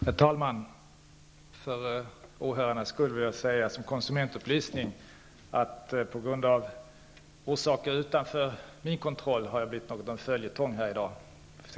Herr talman! För åhörarnas skull vill jag som konsumentupplysning säga att jag på grund av orsaker utanför min kontroll har blivit något av en följetong sedan kl. 9 i dag. Herr talman!